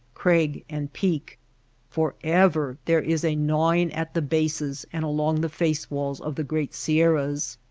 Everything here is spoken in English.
crag, and peak forever there is a gnawing at the bases and along the face-walls of the great sierras.